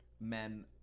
men